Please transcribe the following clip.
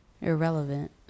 irrelevant